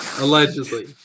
Allegedly